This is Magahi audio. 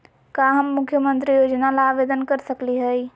का हम मुख्यमंत्री योजना ला आवेदन कर सकली हई?